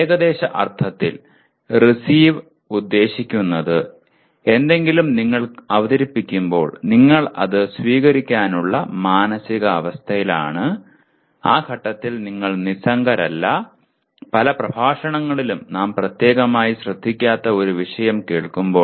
ഏകദേശ അർഥത്തിൽ റീസീവ് ഉദ്ദേശിക്കുന്നത് എന്തെങ്കിലും നിങ്ങൾക്ക് അവതരിപ്പിക്കുമ്പോൾ നിങ്ങൾ അത് സ്വീകരിക്കാനുള്ള മാനസികാവസ്ഥയിലാണ് ആ ഘട്ടത്തിൽ നിങ്ങൾ നിസ്സംഗരല്ല പല പ്രഭാഷണങ്ങളിലും നാം പ്രത്യേകമായി ശ്രദ്ധിക്കാത്ത ഒരു വിഷയം കേൾക്കുമ്പോൾ